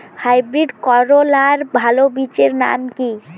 Hybrid করলার ভালো বীজের নাম কি?